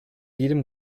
jedem